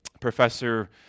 professor